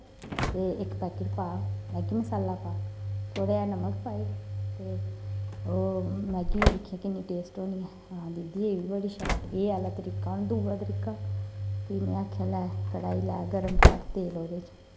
ते इक पैकट पा मैह्गी मसाला पा थोह्ड़ा जेहा नमक पाई ओड़ ते मैह्गी दिक्खेआं किन्नी टेस्ट होनी ऐं हां दीदी एह् बी बड़ी शैल एह् आह्ला तरीका हून दूआ तरीका फ्ही में आखेआ लै कढ़ाही लै गर्म कर तेल ओह्दै च